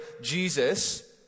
Jesus